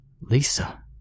Lisa